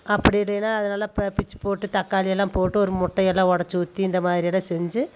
அப்படி இல்லைன்னா அதை நல்லா பா பிச்சி போட்டு தக்காளி எல்லாம் போட்டு ஒரு முட்டை எல்லாம் உடச்சி ஊற்றி இந்த மாதிரி எல்லாம் செஞ்சு